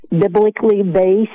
biblically-based